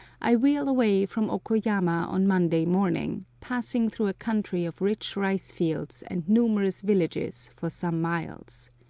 i wheel away from oko-yama on monday morning, passing through a country of rich rice-fields and numerous villages for some miles.